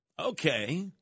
Okay